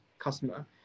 customer